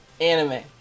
anime